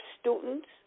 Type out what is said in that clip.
students